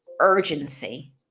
urgency